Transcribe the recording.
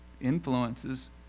influences